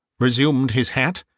resumed his hat,